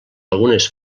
algunes